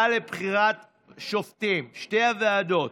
לגבי שתי הוועדות,